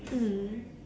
mmhmm